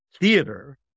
theater